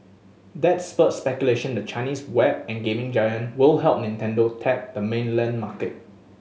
that spurred speculation the Chinese web and gaming giant will help Nintendo tap the mainland market